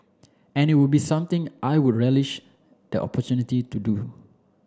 and it would be something I would relish the opportunity to do